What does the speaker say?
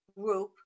group